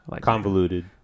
convoluted